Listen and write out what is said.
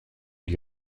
lui